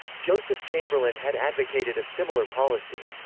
joseph chamberlain had advocated a similar policy,